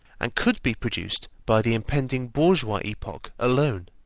and could be produced by the impending bourgeois epoch alone.